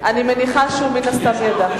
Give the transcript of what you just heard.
אני מניחה שהוא מן הסתם ידע.